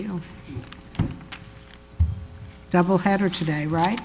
you double header today right